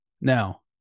now